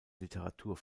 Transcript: literatur